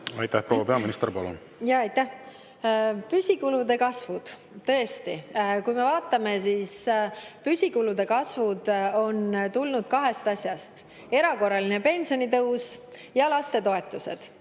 Aitäh! Proua peaminister, palun! Aitäh! Püsikulude kasv. Tõesti, kui me vaatame, siis püsikulude kasv on tulnud kahest asjast: erakorraline pensionitõus ja lastetoetused.